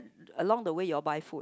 along the way you all buy food